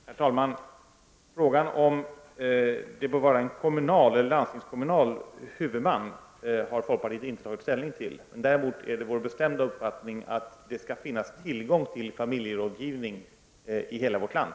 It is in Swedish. Herr talman! Folkpartiet har inte tagit ställning till frågan om huvudmannaskapet skall vara kommunalt eller landstingskommunalt. Däremot är det vår bestämda uppfattning att det skall finnas tillgång till familjerådgivning i hela vårt land.